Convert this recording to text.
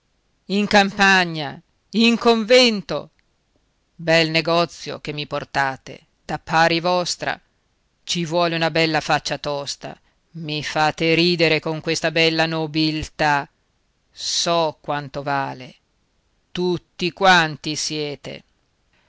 in campagna in un convento bel negozio che mi portate da pari vostra ci vuole una bella faccia tosta i fate ridere con questa bella nobiltà so quanto vale tutti quanti siete